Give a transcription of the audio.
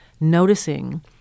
noticing